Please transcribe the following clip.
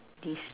this